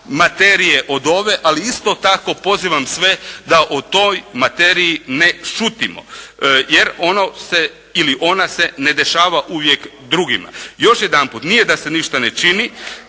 materije od ove, ali isto tako pozivam sve da o toj materiji ne šutimo, jer ono se ili ona se ne dešava uvijek drugima. Još jedanput, nije da se ništa ne čini,